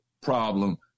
problem